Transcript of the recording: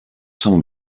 some